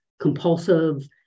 compulsive